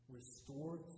Restore